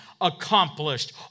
accomplished